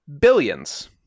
billions